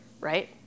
right